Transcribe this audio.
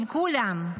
עם כולם.